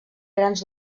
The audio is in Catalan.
grans